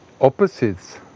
opposites